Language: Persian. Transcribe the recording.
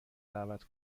دعوت